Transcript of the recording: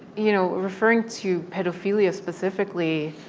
you know, referring to pedophilia specifically,